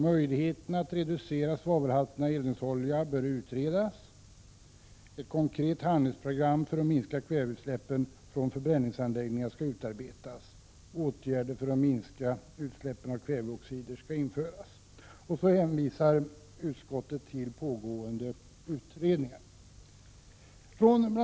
Möjligheterna att reducera svavelhalterna i eldningsolja bör utredas. Ett konkret handlingsprogram för att minska kväveutsläppen från förbränningsanläggningar skall utarbetas. Åtgärder för att minska utsläppen av kväveoxider skall införas. Utskottet hänvisar också till pågående utredningar. Herr talman! Bl.